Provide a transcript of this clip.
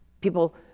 people